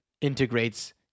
integrates